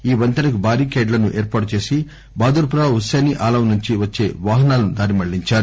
ఈ వంతెనకు బారికేడ్లను ఏర్పాట చేసి బహదూర్ పురా హుస్పేనీ ఆలం నుంచి వచ్చే వాహనాలను దారిమళ్లించారు